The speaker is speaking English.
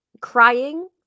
crying